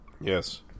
Yes